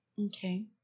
Okay